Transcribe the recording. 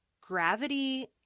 gravity